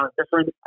different